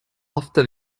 after